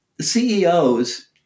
CEOs